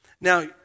Now